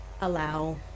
allow